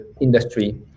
industry